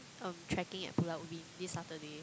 um trekking at Pulau-Ubin this Saturday